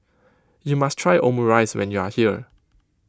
you must try Omurice when you are here